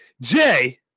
Jay